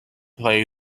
play